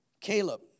Caleb